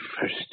first